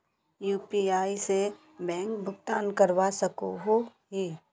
UPI से bank भुगतान करवा सकोहो ही?